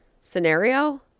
scenario